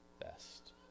best